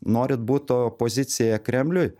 norit būt opozicija kremliui